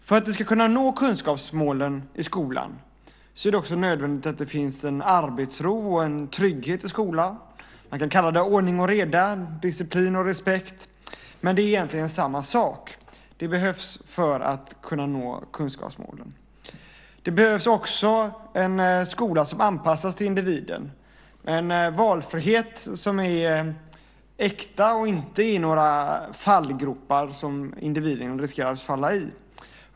För att man ska kunna nå kunskapsmålen i skolan är det nödvändigt att det finns en arbetsro och en trygghet i skolan. Det kan kallas ordning och reda, disciplin och respekt, men det är egentligen samma sak. Det behövs för att man ska kunna nå kunskapsmålen. Det behövs också en skola som är anpassad till individen med en valfrihet som är äkta och som inte ger några fallgropar som individen riskerar att falla i.